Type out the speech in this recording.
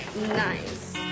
nice